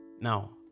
Now